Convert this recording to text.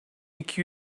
iki